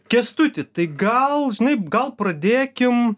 kęstuti tai gal žinai gal pradėkim